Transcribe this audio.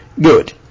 Good